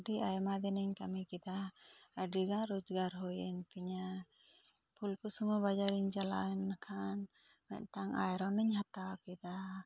ᱟᱹᱰᱤ ᱟᱭᱢᱟ ᱫᱤᱱ ᱤᱧ ᱠᱟᱹᱢᱤ ᱠᱮᱫᱟ ᱟᱹᱰᱤ ᱜᱟᱱ ᱨᱳᱡᱽᱜᱟᱨ ᱦᱩᱭ ᱮᱱ ᱛᱤᱧᱟ ᱹ ᱯᱷᱩᱞᱠᱩᱥᱢᱟᱹ ᱵᱟᱡᱟᱨ ᱤᱧ ᱪᱟᱞᱟᱣᱮᱱ ᱠᱷᱟᱱ ᱢᱤᱫᱴᱟᱝ ᱟᱭᱨᱚᱱᱤᱧ ᱦᱟᱛᱟᱣ ᱠᱮᱫᱟ